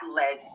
led